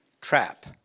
trap